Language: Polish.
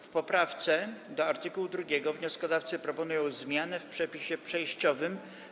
W poprawce do art. 2 wnioskodawcy proponują zmianę w przepisie przejściowym.